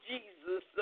Jesus